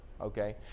Okay